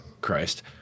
Christ